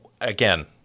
again